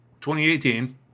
2018